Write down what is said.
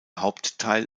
hauptteil